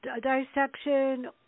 dissection